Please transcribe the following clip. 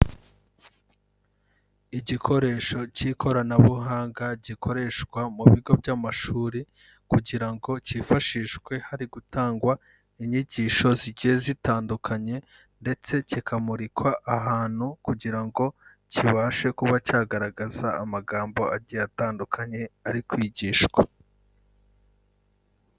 Igikoresho k'ikoranabuhanga gikoreshwa mu bigo by'amashuri kugira ngo cyifashishwe hari gutangwa inyigisho zigiye zitandukanye ndetse kikamurikwa ahantu kugira ngo kibashe kuba cyagaragaza amagambo agiye atandukanye ari kwigishwa.